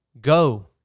Go